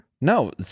No